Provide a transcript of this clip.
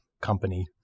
company